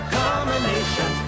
combination